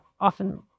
often